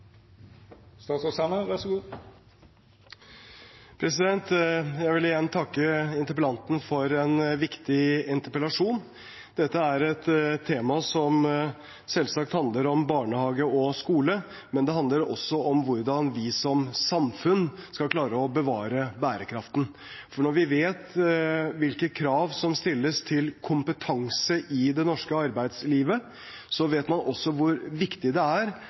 et tema som selvsagt handler om barnehage og skole, men det handler også om hvordan vi som samfunn skal klare å bevare bærekraften. Når man vet hvilke krav som stilles til kompetanse i det norske arbeidslivet, vet man også hvor viktig det er